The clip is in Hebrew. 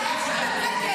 לא, לא.